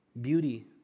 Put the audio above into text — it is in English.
beauty